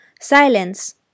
Silence